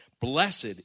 Blessed